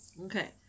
Okay